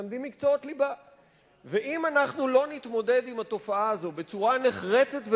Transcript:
אם אנחנו לא נתמודד עם התופעה הזאת בצורה נחרצת ומהירה,